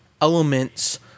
elements